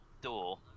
door